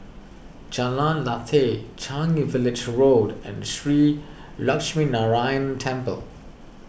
Jalan Lateh Changi Village Road and Shree Lakshminarayanan Temple